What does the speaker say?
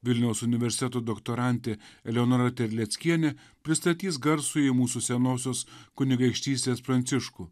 vilniaus universiteto doktorantė leonora terleckienė pristatys garsųjį mūsų senosios kunigaikštystės pranciškų